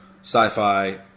sci-fi